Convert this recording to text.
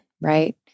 right